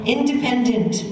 Independent